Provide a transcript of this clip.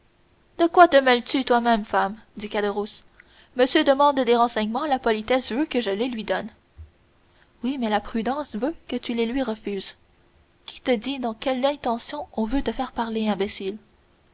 de quoi te mêles-tu toi-même femme dit caderousse monsieur demande des renseignements politesse veut que je les lui donne oui mais la prudence veut que tu les refuses qui te dit dans quelle intention on veut te faire parler imbécile